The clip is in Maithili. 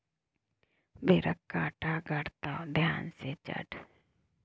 बेरक कांटा गड़तो ध्यान सँ चढ़